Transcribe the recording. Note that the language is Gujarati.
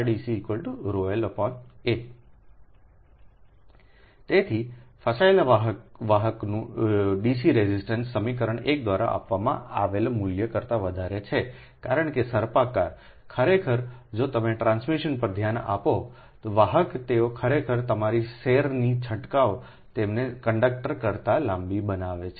તેથી ફસાયેલા વાહકનું ડીસી રેઝિસ્ટન્સ સમીકરણ 1 દ્વારા આપવામાં આવેલા મૂલ્ય કરતા વધારે છે કારણ કે સર્પાકારખરેખર જો તમે ટ્રાન્સમિશન પર ધ્યાન આપો સમયનો સંદર્ભ લો 2141 વાહક તેઓ ખરેખર તમારી સેરની છંટકાવ તેમને કંડક્ટર કરતાં લાંબી બનાવે છે